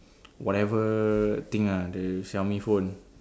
whatever thing ah the Xiaomi phone